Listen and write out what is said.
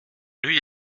lui